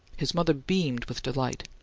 his mother beamed with delight.